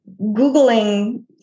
Googling